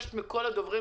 מבקשת מהדוברים